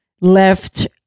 left